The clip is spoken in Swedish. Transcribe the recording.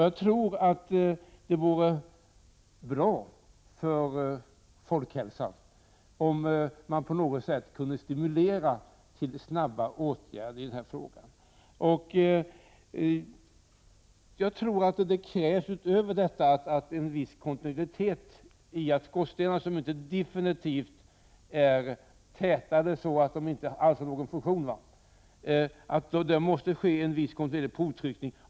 Jag tror att det vore bra för folkhälsan om man på något sätt kunde stimulera fram snabba åtgärder. Utöver detta krävs det nog en viss kontinuitet, i det att det för skorstenar som inte definitivt är tätade så att de inte alls har någon funktion måste ske en viss kontinuerlig provtryckning.